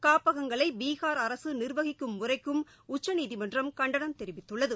காப்பகங்களை பீகார் அரசு நிர்வகிக்கும் முறைக்கும் உச்சநீதிமன்றம் கண்டனம் தெரிவித்துள்ளது